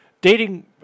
dating